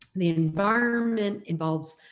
the environment, involves